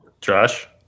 Josh